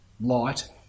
light